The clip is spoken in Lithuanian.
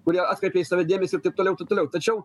kur jie atkreipė į save dėmesį ir taip toliau taip toliau tačiau